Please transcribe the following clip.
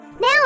Now